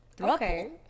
okay